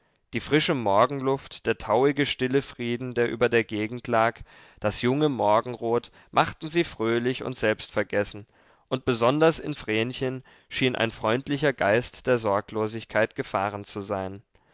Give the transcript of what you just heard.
die frische morgenluft der tauige stille frieden der über der gegend lag das junge morgenrot machten sie fröhlich und selbstvergessen und besonders in vrenchen schien ein freundlicher geist der sorglosigkeit gefahren zu sein